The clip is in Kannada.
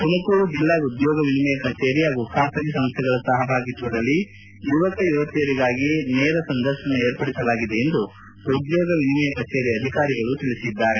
ತುಮಕೂರು ಜಿಲ್ಲಾ ಉದ್ಯೋಗ ವಿನಿಮಯ ಕಛೇರಿ ಹಾಗು ಖಾಸಗಿ ಸಂಸ್ಥೆಗಳ ಸಹಬಾಗಿತ್ವದಲ್ಲಿ ಯುವಕ ಯುವತಿಯರಿಗಾಗಿ ನೇರ ಸಂದರ್ಶನ ಏರ್ಪಡಿಸಲಾಗಿದೆ ಎಂದು ಉದ್ಯೋಗ ಏನಿಮಯ ಕಛೇರಿ ಅಧಿಕಾರಿಗಳು ತಿಳಿಸಿದ್ದಾರೆ